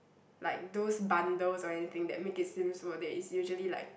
like those bundles or anything that make it seems worth it it's usually like